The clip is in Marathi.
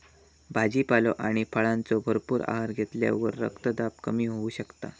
भाजीपालो आणि फळांचो भरपूर आहार घेतल्यावर रक्तदाब कमी होऊ शकता